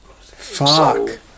Fuck